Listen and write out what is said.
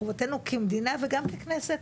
חובתנו כמדינה וגם ככנסת,